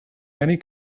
many